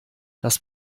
das